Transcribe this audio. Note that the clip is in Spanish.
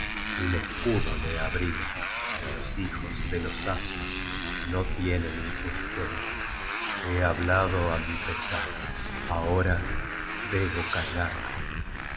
un escudo le abriga pero los hijos de los asios no tienen inteligencia he hablado á mi pesar ahora debo callarme y